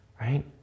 right